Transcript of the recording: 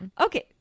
Okay